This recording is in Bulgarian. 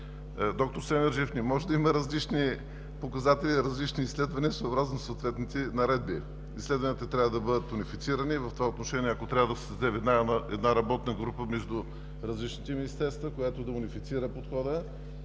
Доктор Семерджиев, не може да има различни показатели и различни изследвания съобразно съответните наредби. Изследванията трябва да бъдат унифицирани. В това отношение, ако трябва да се създаде веднага една работна група между различните министерства, която да унифицира подхода.